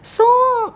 so